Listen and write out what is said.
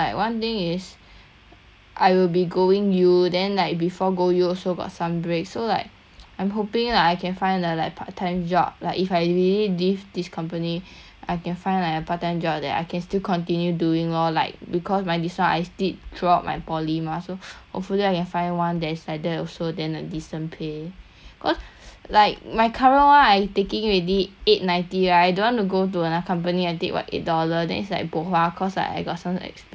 I will be going U then like before go U also got some break so like I'm hoping like I can find the like part time job like if I really leave this company I can find like a part time job that I can still continue doing lor like because my this one I stick throughout my poly mah so hopefully I can find one that is like that also then like decent pay cause like my current one I taking already eight ninety right I don't want to go to another company and take what eight dollar then it's like bo hua cause I I got some experience or whatever